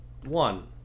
one